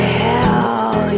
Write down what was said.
hell